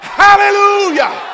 hallelujah